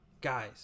guys